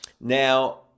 Now